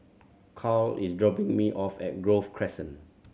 Karl is dropping me off at Grove Crescent